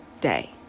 day